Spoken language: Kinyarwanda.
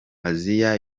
aziya